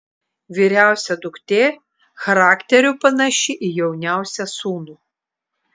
vyriausia duktė charakteriu panaši į jauniausią sūnų